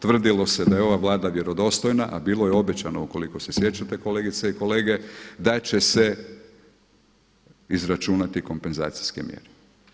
Tvrdilo se da je ova Vlada vjerodostojna, a bilo je obećano ukoliko se sjećate kolegice i kolege da će se izračunati kompenzacijske mjere.